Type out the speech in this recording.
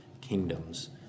kingdoms